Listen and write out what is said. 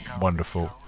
Wonderful